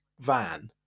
van